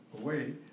away